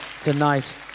tonight